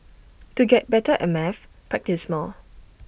to get better at maths practise more